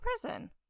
prison